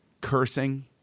cursing